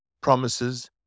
promises